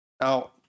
Now